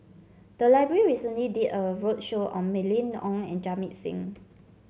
the library recently did a roadshow on Mylene Ong and Jamit Singh